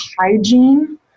hygiene